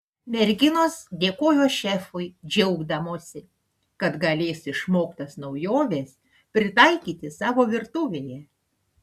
merginos dėkojo šefui džiaugdamosi kad galės išmoktas naujoves pritaikyti savo virtuvėje